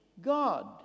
God